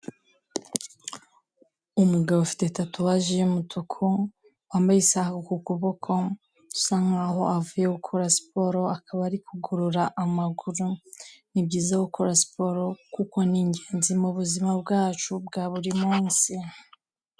Umugabo ufite tatuwaje y'umutuku, wambaye isaha ku kuboko, usa nk'aho avuye gukora siporo akaba ari kugorora amaguru, ni byiza gukora siporo kuko ni ingenzi mu buzima bwacu bwa buri munsi.